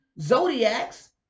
Zodiacs